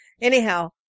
Anyhow